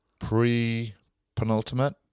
Pre-penultimate